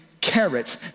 carrots